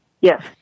Yes